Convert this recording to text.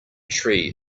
tree